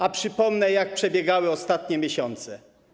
A przypomnę, jak przebiegały ostatnie miesiące.